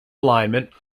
alignment